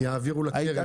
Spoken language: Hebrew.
יעבירו לקרן הזאת, אדוני.